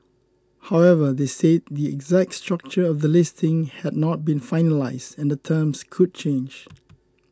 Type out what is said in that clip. however they said the exact structure of the listing had not been finalised and the terms could change